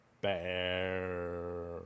bear